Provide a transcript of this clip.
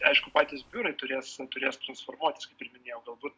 aišku patys biurai turės turės transformuotis kaip ir minėjau galbūt